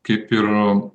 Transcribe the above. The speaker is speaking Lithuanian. kaip ir